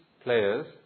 players